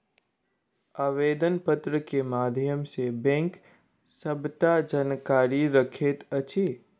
आवेदन पत्र के माध्यम सॅ बैंक सबटा जानकारी रखैत अछि